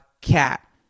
cat